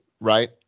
right